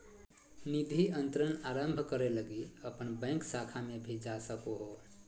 निधि अंतरण आरंभ करे लगी अपन बैंक शाखा में भी जा सको हो